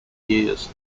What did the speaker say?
years